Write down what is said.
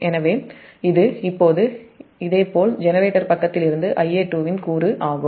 எனவே இது இப்போது ஜெனரேட்டர் பக்கத்திலிருந்து Ia2 இன் கூறு ஆகும்